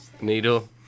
Needle